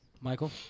Michael